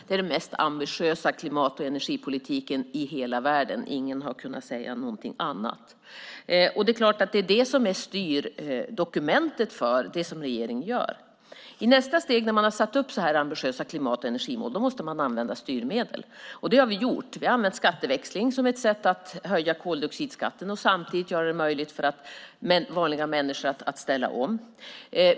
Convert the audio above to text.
Det är den mest ambitiösa klimat och energipolitiken i hela världen. Ingen har kunnat säga någonting annat. Och det är klart att det är det som är styrdokumentet för det som regeringen gör. I nästa steg, när man har satt upp så här ambitiösa klimat och energimål, måste man använda styrmedel, och det har vi gjort. Vi har använt skatteväxling som ett sätt att höja koldioxidskatten och samtidigt göra det möjligt för vanliga människor att ställa om.